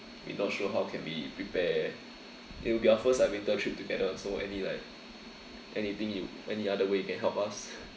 we not sure how can we prepare it will be our first like winter trip together so any like anything you any other way you can help us